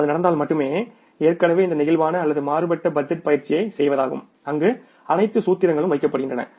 அது நடந்தால் மட்டுமே ஏற்கனவே இந்த நெகிழ்வான அல்லது மாறுபட்ட பட்ஜெட் பயிற்சியைச் செய்வதாகும் அங்கு அனைத்து சூத்திரங்களும் வைக்கப்படுகின்றன